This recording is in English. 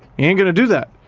ain't gonna do that.